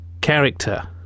character